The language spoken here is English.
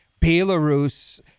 Belarus